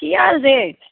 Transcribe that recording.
ਕੀ ਹਾਲ ਜੇ